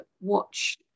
watch